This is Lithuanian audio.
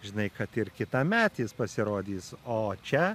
žinai kad ir kitąmet jis pasirodys o čia